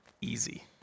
easy